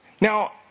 Now